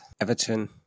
Everton